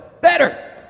Better